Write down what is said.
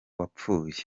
wapfuye